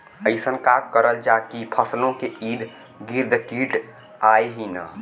अइसन का करल जाकि फसलों के ईद गिर्द कीट आएं ही न?